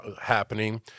happening